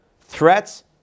Threats